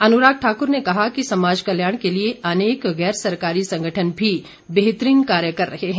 अनुराग ठाकुर ने कहा कि समाज कल्याण के लिए अनेक गैर सरकारी संगठन भी बेहतरीन कार्य कर रहे हैं